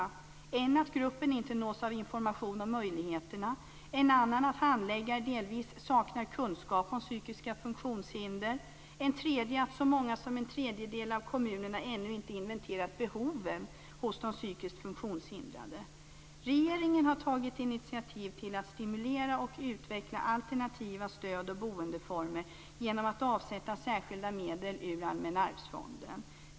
En kan vara att gruppen inte nås av information om möjligheterna, en annan att handläggare delvis saknar kunskap om psykiska funktionshinder och en tredje att så många som en tredjedel av kommunerna ännu inte inventerat behoven hos de psykiskt funktionshindrade. Regeringen har tagit initiativ till att stimulera och utveckla alternativa stöd och boendeformer genom att avsätta särskilda medel ur Allmänna arvsfonden.